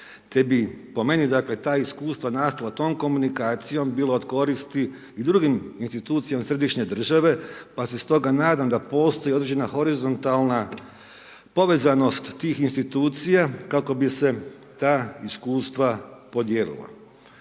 te bi, po meni, dakle, ta iskustva nastala tom komunikacijom, bilo od koristi i drugim institucijama središnje države, pa se stoga nadam da postoji određena horizontalna povezanost tih institucija kako bi se ta iskustva podijelila.